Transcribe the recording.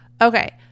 Okay